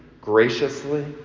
graciously